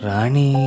Rani